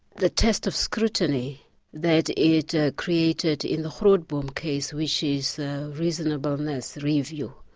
the test of scrutiny that it ah created in the grootboom case, which is the reasonableness review.